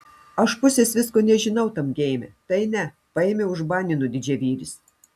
aš pusės visko nežinau tam geime tai ne paėmė užbanino didžiavyris